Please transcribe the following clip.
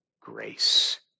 grace